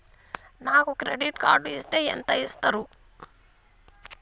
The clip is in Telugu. నాకు క్రెడిట్ కార్డు ఇస్తే ఎంత ఇస్తరు?